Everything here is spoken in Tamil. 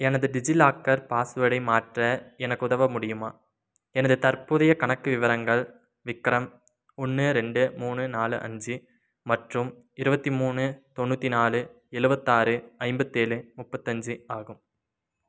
எனது டிஜிலாக்கர் பாஸ்வோர்டை மாற்ற எனக்கு உதவ முடியுமா எனது தற்போதைய கணக்கு விவரங்கள் விக்ரம் ஒன்று ரெண்டு மூணு நாலு அஞ்சு மற்றும் இருபத்தி மூணு தொண்ணூற்றி நாலு எழுவத்தாறு ஐம்பத்தேழு முப்பத்தஞ்சி ஆகும்